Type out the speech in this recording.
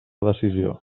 decisió